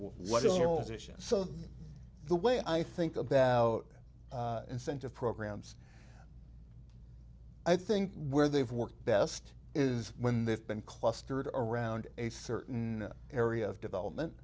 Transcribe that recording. position so the way i think about incentive programs i think where they've worked best is when they've been clustered around a certain area of development